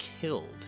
killed